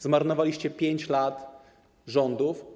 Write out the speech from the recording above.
Zmarnowaliście 5 lat rządów.